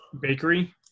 bakery